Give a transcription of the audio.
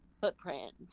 footprints